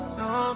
no